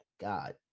god